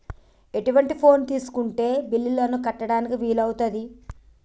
ఎటువంటి ఫోన్ తీసుకుంటే బిల్లులను కట్టడానికి వీలవుతది?